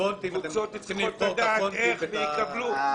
הקבוצות צריכות לדעת איך יקבלו,